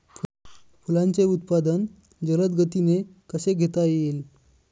फुलांचे उत्पादन जलद गतीने कसे घेता येईल?